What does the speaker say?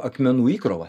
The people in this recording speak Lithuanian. akmenų įkrova